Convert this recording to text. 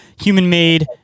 human-made